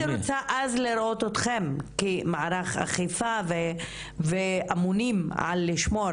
הייתי רוצה אז לראות אתכם כמערך אכיפה ואמונים על שמירה